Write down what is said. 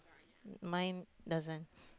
mine doesn't